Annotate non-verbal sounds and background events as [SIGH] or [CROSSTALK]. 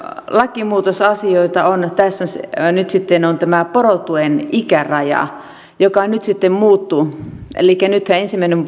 lakimuutosasioita on tässä nyt sitten tämä porotuen ikäraja joka nyt sitten muuttui elikkä nythän on ensimmäinen [UNINTELLIGIBLE]